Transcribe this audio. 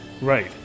Right